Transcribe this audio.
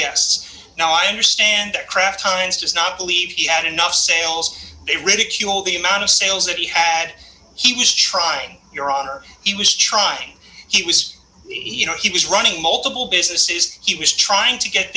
guests now i understand that kraft times does not believe he had enough sales they ridiculed the amount of sales that he had he was trying your honor he was trying he was you know he was running multiple businesses he was trying to get